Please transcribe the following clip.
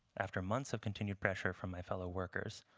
after months of continued pressure from my fellow workers,